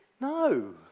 no